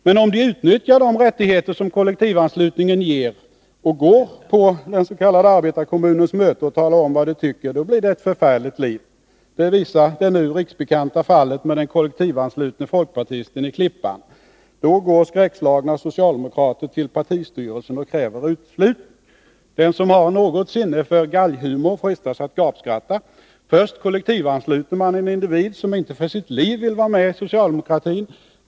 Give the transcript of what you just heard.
Men om de utnyttjar de rättigheter som kollektivanslutningen ger och går pådens.k. arbetarekommunens möte och talar om vad de tycker, då blir det ett förfärligt liv. Det visar det nu riksbekanta fallet med den kollektivanslutne folkpartisten i Klippan. Då går skräckslagna socialdemokrater till partistyrelsen och kräver uteslutning. Den som har något sinne för galghumor frestas att gapskratta. Först kollektivansluter man en individ som inte för sitt liv vill vara med i socialdemokratin.